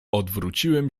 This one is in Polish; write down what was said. odwróciłem